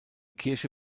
kirche